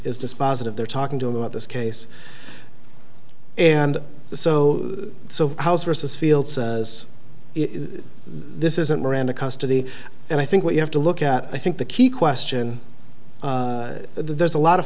is dispositive there talking to him about this case and so so house versus field as this isn't miranda custody and i think what you have to look at i think the key question there's a lot of